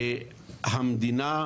המדינה,